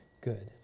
good